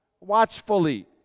Watchfully